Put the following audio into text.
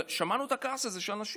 ושמענו את הכעס הזה של אנשים.